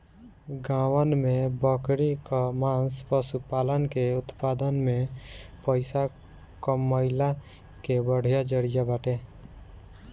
गांवन में बकरी कअ मांस पशुपालन के उत्पादन में पइसा कमइला के बढ़िया जरिया बाटे